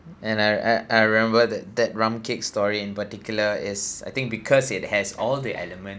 and I I I remember that that round cake story in particular is I think because it has all the element